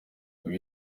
ubwo